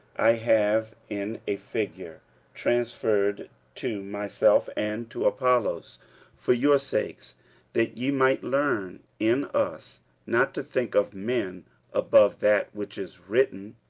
i have in a figure transferred to myself and to apollos for your sakes that ye might learn in us not to think of men above that which is written,